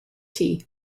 tea